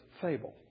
fable